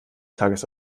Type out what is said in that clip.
tages